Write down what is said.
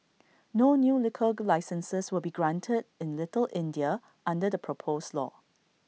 no new liquor licences will be granted in little India under the proposed law